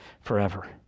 forever